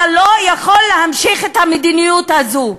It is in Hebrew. אתה לא יכול להמשיך את המדיניות הזאת,